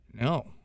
no